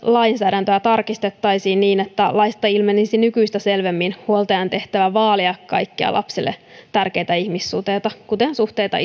lainsäädäntöä tarkistettaisiin niin että laista ilmenisi nykyistä selvemmin huoltajan tehtävä vaalia kaikkia lapselle tärkeitä ihmissuhteita kuten suhteita